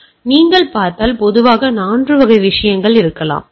எனவே நீங்கள் பார்த்தால் பொதுவாக 4 வகை விஷயங்கள் இருக்கலாம்